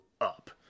up